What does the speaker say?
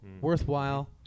worthwhile